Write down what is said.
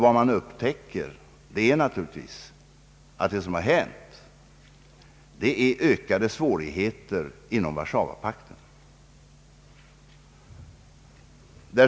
Vad man upptäcker är naturligtvis att det blivit öka de svårigheter inom Waszawapakten.